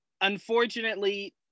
unfortunately